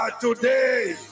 today